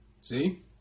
See